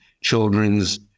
children's